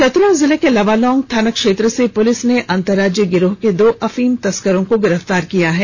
चतरा जिले के लावालोंग थाना क्षेत्र से पुलिस ने अंतर्राज्यीय गिरोह के दो अफीम तस्करों को गिरफ्तार किया है